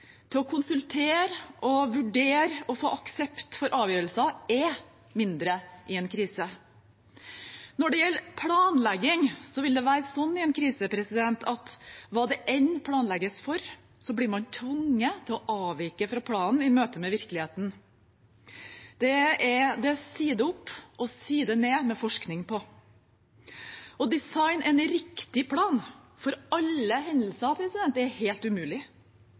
til å tenke, til å konsultere og vurdere og få aksept for avgjørelser, er mindre i en krise. Når det gjelder planlegging, vil det være sånn i en krise at hva det enn planlegges for, blir man tvunget til å avvike fra planen i møte med virkeligheten. Det er det side opp og side ned med forskning på. Å designe en riktig plan for alle hendelser er helt umulig,